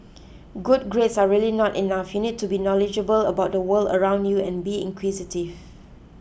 good grades are really not enough you need to be knowledgeable about the world around you and be inquisitive